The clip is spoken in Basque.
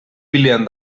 pilean